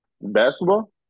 Basketball